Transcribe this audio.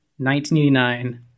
1989